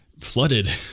flooded